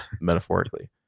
Metaphorically